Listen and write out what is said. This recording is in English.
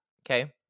okay